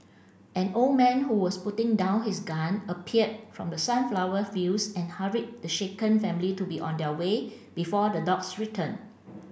an old man who was putting down his gun appeared from the sunflower fields and hurried the shaken family to be on their way before the dogs return